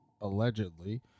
allegedly